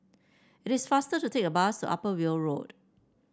it is faster to take the bus Upper Weld Road